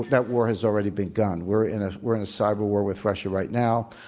that war has already begun. we're in a we're in a cyber war with russia right now.